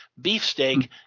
beefsteak